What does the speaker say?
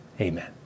Amen